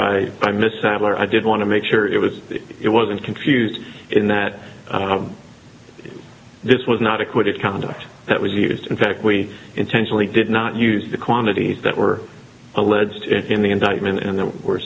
by my mishandling i did want to make sure it was it wasn't confused in that this was not acquitted conduct that was used in fact we intentionally did not use the quantities that were alleged in the indictment and there were